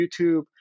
YouTube